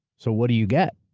so what do you get?